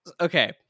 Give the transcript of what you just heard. Okay